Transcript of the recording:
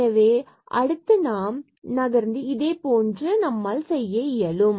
எனவே அடுத்து நாம் நகர்ந்து இதே போன்று நம்மால் செய்ய இயலும்